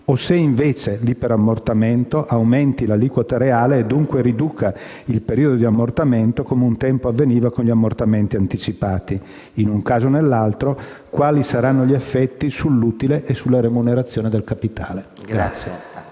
o se, invece, l'iperammortamento aumenti l'aliquota reale e, dunque, riduca il periodo di ammortamento come un tempo avveniva con gli ammortamenti anticipati. In un caso o nell'altro, quali saranno gli effetti sull'utile e sulla remunerazione del capitale?